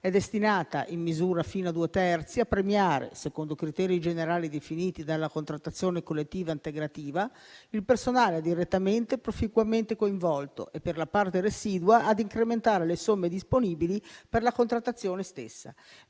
è destinata in misura fino a due terzi a premiare, secondo criteri generali definiti dalla contrattazione collettiva integrativa, il personale direttamente e proficuamente coinvolto e per la parte residua ad incrementare le somme disponibili per la contrattazione stessa.